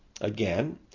again